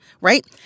Right